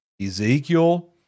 Ezekiel